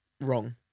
wrong